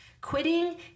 Quitting